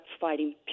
fighting